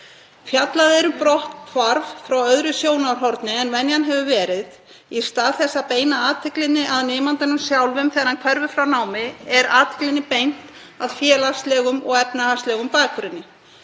Fjallað er um brotthvarf frá öðru sjónarhorni en venjan hefur verið; í stað þess að beina athyglinni að nemandanum sjálfum þegar hann hverfur frá námi er athyglinni beint að félagslegum og efnahagslegum bakgrunni.